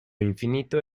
infinito